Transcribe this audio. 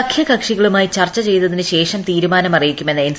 സഖ്യക്കക്ഷികളുമായി ചർച്ച ചെയ്തതിനുശേഷം തീരുമാനം അറിയിക്കുമെന്ന് എൻ